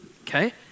Okay